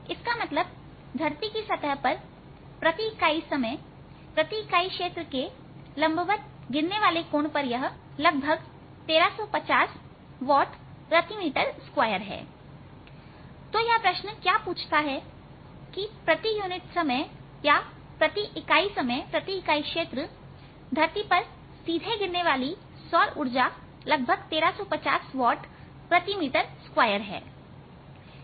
इसका मतलब धरती की सतह पर प्रति इकाई समय प्रति इकाई क्षेत्र के लंबवत गिरने वाले कोण पर यह लगभग 1350 वॉट प्रति मीटर स्क्वायर है तो यह प्रश्न क्या पूछता है कि प्रति इकाई समय प्रति इकाई क्षेत्र धरती पर सीधे गिरने वाली सौर ऊर्जा लगभग 1350 वॉट प्रति मीटर स्क्वायर है